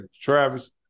travis